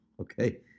okay